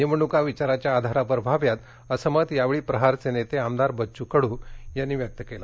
निवडणूका विचाराच्या आधारावर व्हाव्यात अस मत यावेळी प्रहार संघटनेचे नेते आमदार बच्चू कडू यांनी व्यक्त केलं